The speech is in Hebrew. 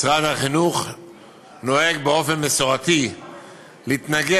משרד החינוך נוהג באופן מסורתי להתנגד